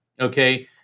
Okay